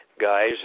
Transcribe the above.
guys